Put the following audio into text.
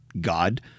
God